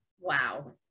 Wow